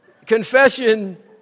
Confession